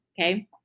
okay